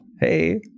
Hey